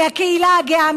מהקהילה הגאה,